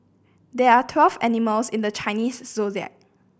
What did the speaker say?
there are twelve animals in the Chinese Zodiac